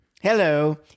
hello